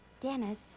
Dennis